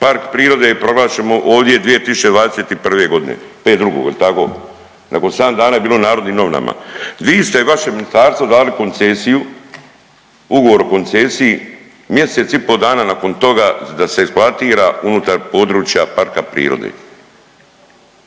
park prirode je proglašen ovdje 2021. g., 5.2., je li tako? Nakon 7 dana je bilo u Narodnim novinama. Vi ste i vaše Ministarstvo dali koncesiju, ugovor o koncesiji, mjesec i po dana nakon toga se eksploatira unutar područja parka prirode.